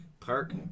park